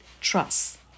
trust